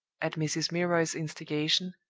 at mrs. milroy's instigation,